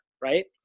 right